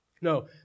No